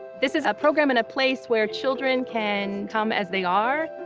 this is a program in a place where children can come as they are.